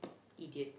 idiot